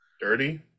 Dirty